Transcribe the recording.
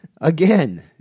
again